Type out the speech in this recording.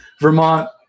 Vermont